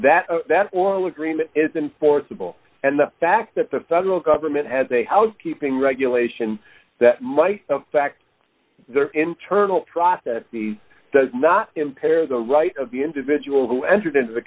that oral agreement isn't forcible and the fact that the federal government has a housekeeping regulation that might affect their internal process does not impair the right of the individual who entered into the